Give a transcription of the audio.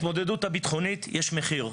להתמודדות הביטחונית יש מחיר,